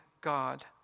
God